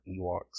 Ewoks